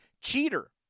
cheater